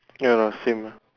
ya lah same lah